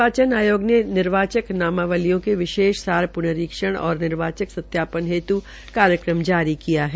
निर्वाचन आयोग ने निर्वाचक नामावलियों के विशेष सार प्रनरीक्षण और निर्वाचक सत्यापन हेत् कार्यक्रम जारी किया है